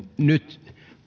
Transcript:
nyt